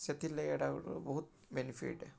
ସେଥିର୍ଲାଗି ଇ'ଟା ଗୁଟେ ବହୁତ୍ ବେନିଫିଟ୍ ଆଏ